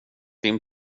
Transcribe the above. din